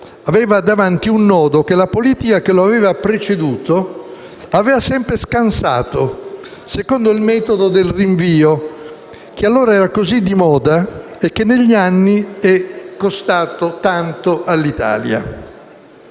Aveva davanti un nodo che la politica che lo aveva preceduto aveva sempre scansato, secondo il metodo del rinvio che allora era così di moda e che negli anni è costato tanto all'Italia.